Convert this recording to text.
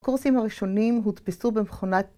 ‫הקורסים הראשונים ‫הודפסו במכונת...